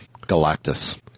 Galactus